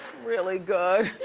really good,